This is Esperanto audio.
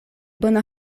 bona